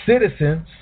citizens